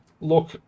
look